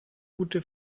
gute